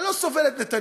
אני לא סובל את נתניהו,